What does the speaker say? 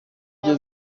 byo